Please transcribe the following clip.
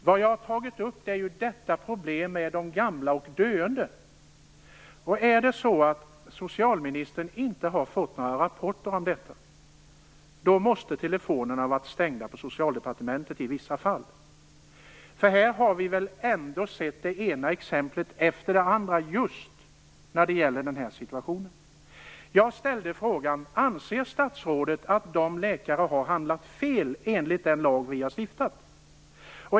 Vad jag har tagit upp är ju problemet med de gamla och döende. Om det då är så att socialministern inte har fått några rapporter om detta måste telefonerna i vissa fall ha varit stängda på Socialdepartementet. Här har vi sett det ena exemplet efter det andra just när det gäller den här situationen. Jag ställde frågan: Anser statsrådet att läkare har handlat fel enligt den lag som vi har stiftat?